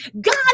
God